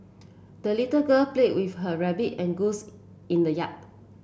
the little girl played with her rabbit and goose in the yard